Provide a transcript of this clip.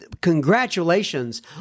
congratulations